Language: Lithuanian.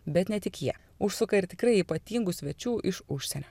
bet ne tik jie užsuka ir tikrai ypatingų svečių iš užsienio